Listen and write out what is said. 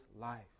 life